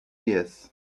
years